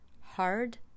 hard